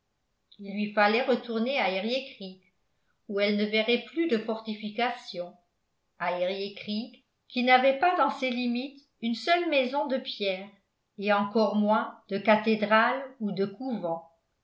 il lui fallait retourner à eriécreek où elle ne verrait plus de fortifications à eriécreek qui n'avait pas dans ses limites une seule maison de pierre et encore moins de cathédrale ou de couvent